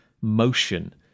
motion